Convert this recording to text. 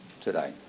today